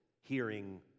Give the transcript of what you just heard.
hearing